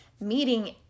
meeting